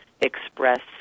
express